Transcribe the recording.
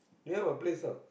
near my place lah